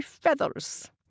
feathers